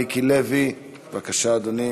מיקי לוי, בבקשה, אדוני.